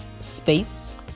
Space